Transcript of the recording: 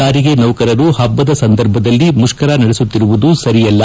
ಸಾರಿಗೆ ನೌಕರರು ಹಬ್ಬದ ಸಂದರ್ಭದಲ್ಲಿ ಮುಷ್ತರ ನಡೆಸುತ್ತಿರುವುದು ಸರಿಯಲ್ಲ